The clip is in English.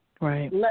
Right